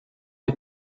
the